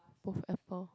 both Apple